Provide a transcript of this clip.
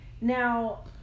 Now